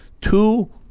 two